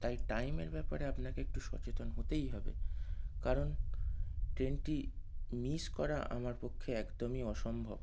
তাই টাইমের ব্যাপারে আপনাকে একটু সচেতন হতেই হবে কারণ ট্রেনটি মিস করা আমার পক্ষে একদমই অসম্ভব